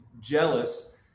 jealous